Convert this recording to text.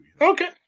Okay